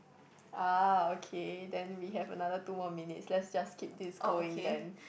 ah okay then we have another two more minutes let's just keep this going then